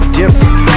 different